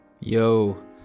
Yo